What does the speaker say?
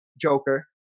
Joker